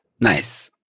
nice